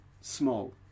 small